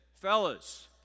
fellas